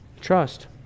Trust